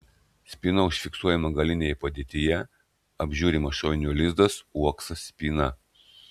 spyna užfiksuojama galinėje padėtyje apžiūrimas šovinio lizdas uoksas spyna